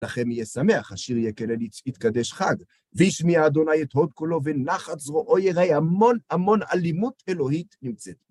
לכם יהיה שמח, השיר יהיה כדי להתקדש חג. והשמיע אדוני את הוד כולו ונחת זרועו, יראי המון המון אלימות אלוהית נמצאת.